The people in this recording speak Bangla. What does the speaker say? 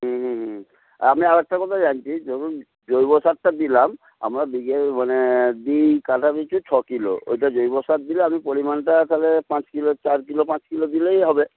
হুম হুম হুম হুম আমি আর একটা কথা জানছি ধরুন জৈব সারটা দিলাম আমার বিঘে মানে দুই কাটা পিছু ছ কিলো ওইটা জৈব সার দিলে আমি পরিমাণটা তাহলে পাঁচ কিলো চার কিলো পাঁচ কিলো দিলেই হবে